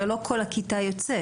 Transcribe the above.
הרי לא כל הכיתה יוצאת.